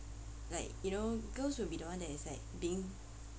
like you know girls would be the one that is like being